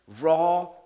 raw